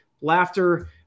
laughter